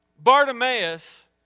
Bartimaeus